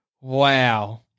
Wow